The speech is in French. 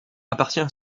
appartient